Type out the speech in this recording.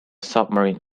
submarine